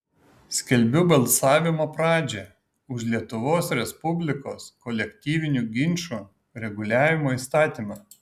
skelbiu balsavimo pradžią už lietuvos respublikos kolektyvinių ginčų reguliavimo įstatymą